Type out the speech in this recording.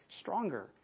stronger